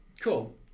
Cool